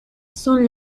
son